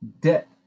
debt